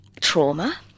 trauma